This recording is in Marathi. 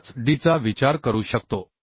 5dचा विचार करू शकतो